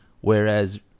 whereas